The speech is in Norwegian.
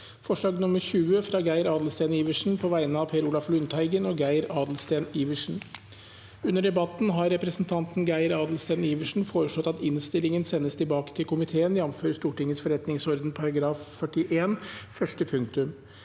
forslag nr. 20, fra Geir Adelsten Iversen på vegne av Per Olaf Lundteigen og Geir Adelsten Iversen I tillegg har representanten Geir Adelsten Iversen under debatten foreslått at innstillingen sendes tilbake til komiteen, jf. Stortingets forretningsorden § 41 første punktum.